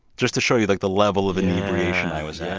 just to show you, like, the level of i was at